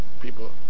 people